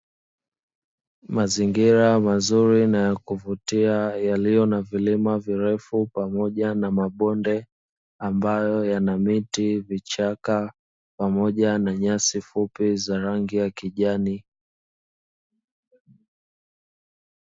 Mazingira mazuri na kuvutia yaliyo na vilima virefu pamoja na mabonde ambayo yana miti, vichaka pamoja na nyasi fupi za rangi ya kijani.